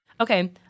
Okay